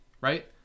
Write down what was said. right